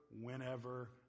whenever